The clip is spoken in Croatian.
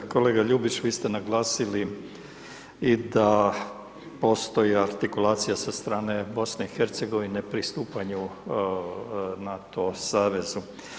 Kolega Ljubić, vi ste naglasili i da postoje artikulacija sa strane BiH pristupanju NATO savezu.